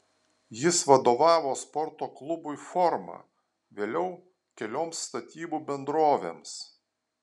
jis vadovavo sporto klubui forma vėliau kelioms statybų bendrovėms